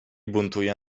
buntuje